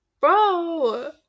bro